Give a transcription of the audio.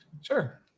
Sure